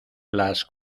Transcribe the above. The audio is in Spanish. las